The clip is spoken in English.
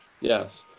Yes